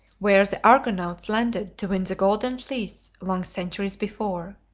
where the argonauts landed to win the golden fleece long centuries before.